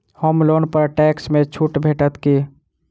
होम loan पर tax मे छुट भेटत की